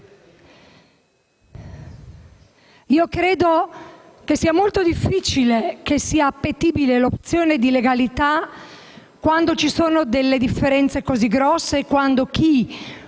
Ma credo altresì molto difficile che sia appetibile l'opzione della legalità quando ci sono delle differenze così grandi e quando chi